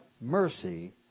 mercy